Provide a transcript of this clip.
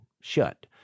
shut